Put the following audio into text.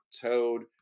Toad